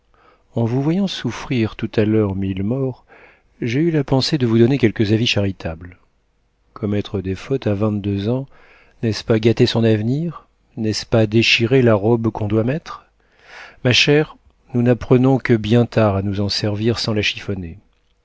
en vous voyant souffrir tout à l'heure mille morts j'ai eu la pensée de vous donner quelques avis charitables commettre des fautes à vingt-deux ans n'est-ce pas gâter son avenir n'est-ce pas déchirer la robe qu'on doit mettre ma chère nous n'apprenons que bien tard à nous en servir sans la chiffonner